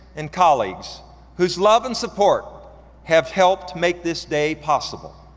and colleagues whose love and support have helped make this day possible.